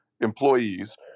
employees